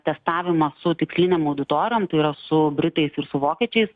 testavimą su tikslinėm auditorijom tai yra su britais ir su vokiečiais